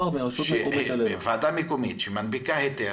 שוועדה מקומית שמנפיקה היתר,